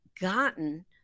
gotten